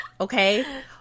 okay